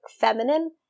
feminine